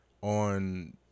on